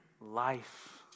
life